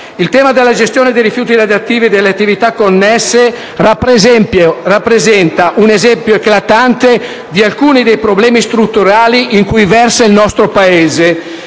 Il tema della gestione dei rifiuti radioattivi e delle attività connesse rappresenta un esempio eclatante di alcuni dei problemi strutturali in cui versa il nostro Paese.